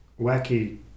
wacky